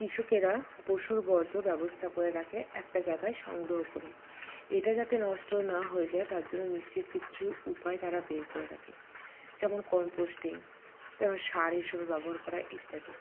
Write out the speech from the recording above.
কৃষকেরা পশুর বর্জ্য ব্যবস্থা করে রাখে একটা জায়গায় সংগ্রহ করে এটা যাতে নষ্ট না হয়ে যায় তার জন্য নিশ্চিত কিছু উপায় তারা বের করে রাখে যেমন কমপোস্টিং তারপর সার এইসবের ব্যবহার করা ইত্যাদি